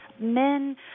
men